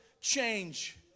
change